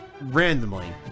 randomly